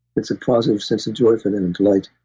it's a positive sense of joy for them and delight.